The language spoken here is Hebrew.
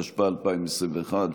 התשפ"א 2021,